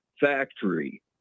Factory